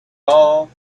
all